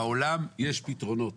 בעולם יש פתרונות